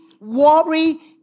worry